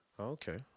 Okay